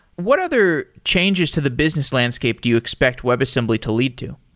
what other changes to the business landscape do you expect webassembly to lead to?